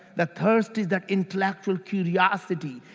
the thirst is that intellectual curiosity.